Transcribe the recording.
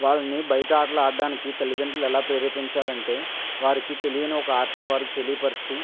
వాళ్ళని బయట ఆటలు ఆడడానికి తల్లితండ్రులు ఎలా ప్రేరేపించాలంటే వారికి తెలియని ఒక ఆటని వారికి తెలియపరచి